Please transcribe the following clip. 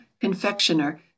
confectioner